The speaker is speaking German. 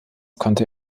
konnte